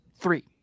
three